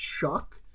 chuck